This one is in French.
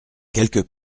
quelques